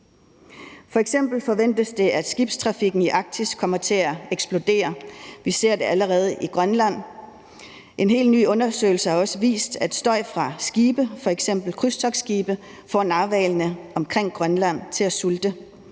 F.eks. forventes det, at skibstrafikken i Arktis kommer til at eksplodere. Vi ser det allerede i Grønland. En helt ny undersøgelse har også vist, at støj fra skibe, f.eks. krydstogtskibe, får narhvalerne omkring Grønland til at sulte.